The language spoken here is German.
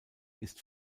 ist